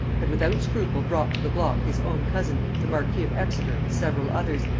had without scruple brought to the block his own cousin the marquis of exeter and several others,